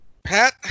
Pat